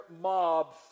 mob